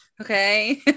Okay